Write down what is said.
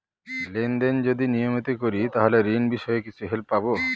Lane দেন যদি নিয়মিত করি তাহলে ঋণ বিষয়ে কিছু হেল্প পাবো?